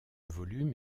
volume